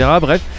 Bref